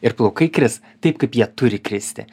ir plaukai kris taip kaip jie turi kristi